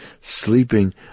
sleeping